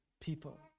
people